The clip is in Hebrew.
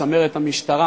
צמרת המשטרה,